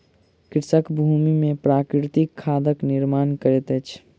कृषक भूमि में प्राकृतिक खादक निर्माण करैत अछि